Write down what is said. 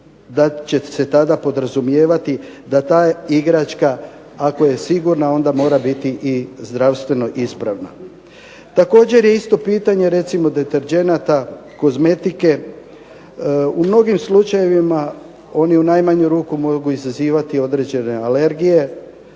da će se tada podrazumijevati da ta igračka ako je sigurna onda mora biti i zdravstveno ispravna. Također je isto pitanje recimo deterdženata, kozmetike. U mnogim slučajevima oni u najmanju ruku mogu izazivati određene alergije,